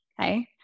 okay